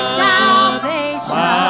salvation